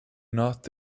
not